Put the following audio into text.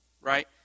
right